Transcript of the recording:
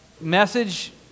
message